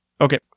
Okay